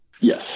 Yes